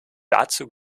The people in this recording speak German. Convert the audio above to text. dazu